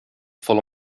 volle